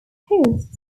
exposed